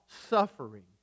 suffering